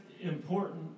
important